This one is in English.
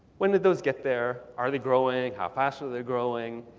when did those get there? are they growing? how fast are they growing?